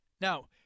Now